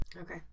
okay